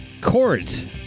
Court